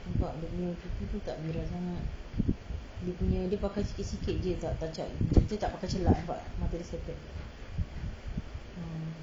nampak dia punya pipi pun tak merah sangat dia punya dia pakai sikit-sikit jer tak dia tak pakai celak nampak mata dia sepet ah